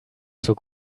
zur